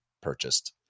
purchased